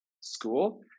School